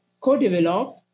co-developed